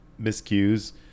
miscues